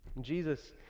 Jesus